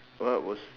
what was